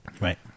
Right